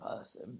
person